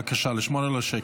בבקשה לשמור על השקט.